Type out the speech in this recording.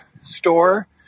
store